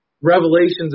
revelations